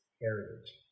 heritage